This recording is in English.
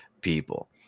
people